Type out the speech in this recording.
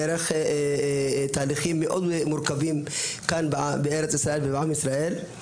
דרך תהליכים מאוד מורכבים כאן בארץ ישראל ובעם ישראל,